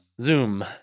Zoom